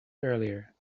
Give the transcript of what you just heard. earlier